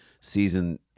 season